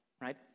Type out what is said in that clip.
Right